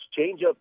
changeup